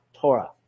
Torah